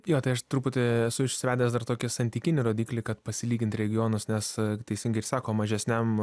jo tai aš truputį esu išsivedęs dar tokį santykinį rodiklį kad pasilygint regionus nes teisingai sako mažesniam